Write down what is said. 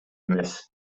эмес